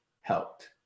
helped